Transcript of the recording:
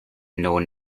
known